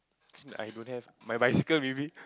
I don't have my bicycle maybe